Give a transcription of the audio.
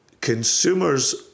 consumers